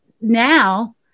now